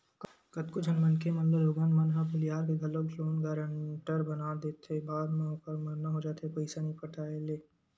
कतको झन मनखे मन ल लोगन मन ह भुलियार के घलोक लोन गारेंटर बना देथे बाद म ओखर मरना हो जाथे पइसा नइ पटाय ले